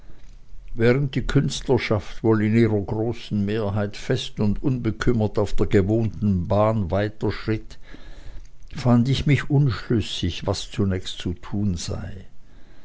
während die künstlerschaft wohl in ihrer großen mehrheit fest und unbekümmert auf der gewohnten bahn weiterschritt fand ich mich unschlüssig was zunächst zu tun sei